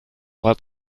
war